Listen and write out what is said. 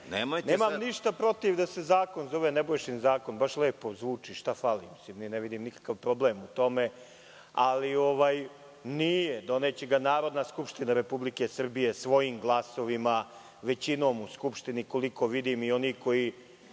ništa protiv da se zakon zove Nebojšin zakon. Baš lepo zvuči. Ne vidim nikakav problem u tome. Ali, nije, doneće ga Narodna Skupština Republike Srbije, svojim glasovima, većinom u Skupštini, koliko vidim, i oni koji